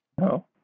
No